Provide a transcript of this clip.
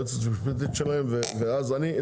היועצת המשפטית שלהם ואז אני,